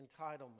entitlement